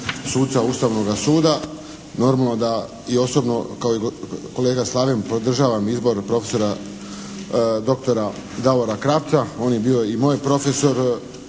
suca Ustavnoga suda. Normalno da i osobno kao i kolega Slaven podržavam izbor prof.dr. Davora Krapca. On je bio i moj profesor